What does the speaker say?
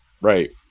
Right